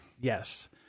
yes